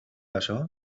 açò